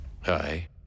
Hi